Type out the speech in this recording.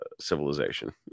civilization